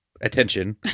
attention